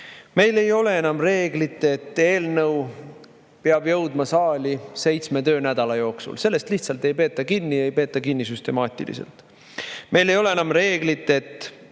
ole. Meil ei ole enam reeglit, et eelnõu peab jõudma saali seitsme töönädala jooksul. Sellest lihtsalt ei peeta kinni, ei peeta kinni süstemaatiliselt. Meil ei ole enam reeglit, et